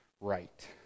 right